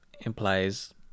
implies